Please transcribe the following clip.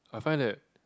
I find that